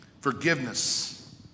forgiveness